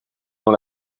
dont